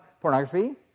pornography